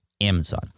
Amazon